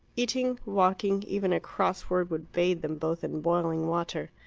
eating, walking, even a cross word would bathe them both in boiling water.